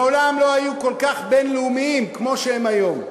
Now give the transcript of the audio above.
מעולם לא היו כל כך בין-לאומיים כמו שהם היום.